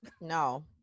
no